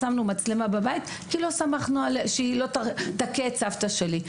שמנו מצלמה בבית כי לא סמכנו עליה שהיא לא תכה את הסבתא שלי.